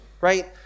right